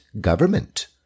government